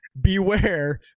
beware